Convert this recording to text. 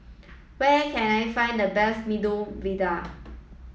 where I can I find the best Medu Vada